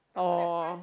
orh